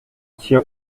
tiens